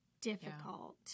difficult